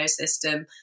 ecosystem